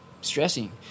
stressing